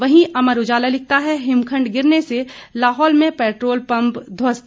वहीं अमर उजाला लिखता है हिमखंड गिरने से लाहौल में पेट्रोप पंप ध्वस्त